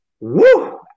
Woo